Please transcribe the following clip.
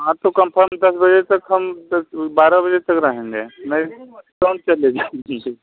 हाँ तो कन्फर्म दस बजे तक हम दस बारह बजे तक रहेंगे नहीं तो हम चले जाएँगे ठीक है जी